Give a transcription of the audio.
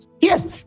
Yes